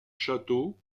châteaux